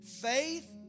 Faith